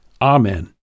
Amen